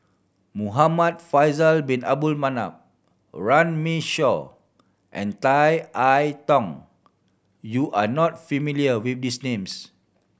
Muhamad Faisal Bin Abdul Manap Runme Shaw and Tan I Tong you are not familiar with these names